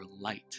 light